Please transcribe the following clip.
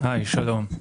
שלום,